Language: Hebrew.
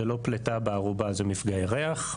זה לא פליטה בארובה, זה מפגעי ריח.